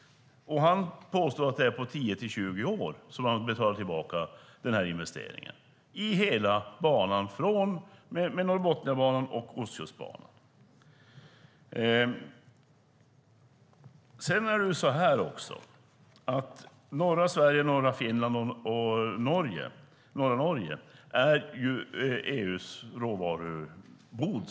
Enligt Staffan Lundström betalas den här investeringen på hela banan tillbaka på 10-20 år, från Norrbotniabanan till Ostkustbanan. Det är också så att norra Sverige, norra Finland och norra Norge ju är EU:s råvarubod.